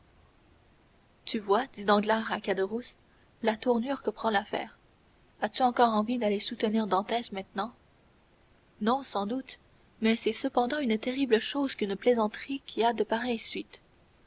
tu vois dit danglars à caderousse la tournure que prend l'affaire as-tu encore envie d'aller soutenir dantès maintenant non sans doute mais c'est cependant une terrible chose qu'une plaisanterie qui a de pareilles suites